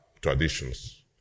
traditions